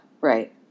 right